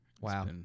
wow